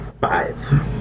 five